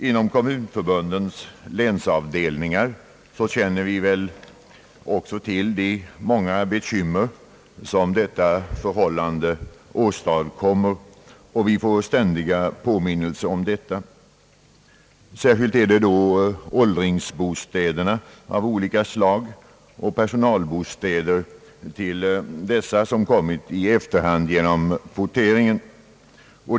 Inom kommunförbundets länsavdelningar känner vi väl också till de många bekymmer som detta förhållande medför, och vi får ständiga påminnelser om detta. Särskilt är det åldringsbostäder na av olika slag och personalbostäder i anslutning till dessa som genom kvoteringen har kommit i efterhand.